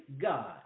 God